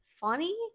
funny